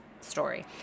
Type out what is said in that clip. story